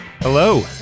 Hello